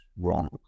wrong